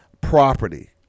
property